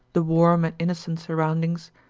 the warm and innocent surroundings,